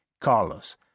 Carlos